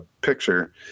picture